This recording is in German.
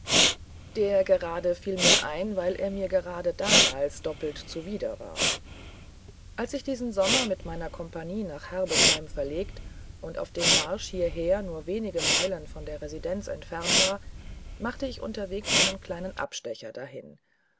der gerade fiel mir ein weil er mir gerade damals doppelt zuwider war als ich diesen sommer mit meiner kompanie nach herbesheim verlegt und auf dem marsch hierher nur wenige meilen von der residenz entfernt war machte ich unterwegs einen kleinen abstecher dahin